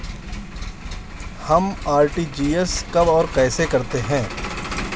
हम आर.टी.जी.एस कब और कैसे करते हैं?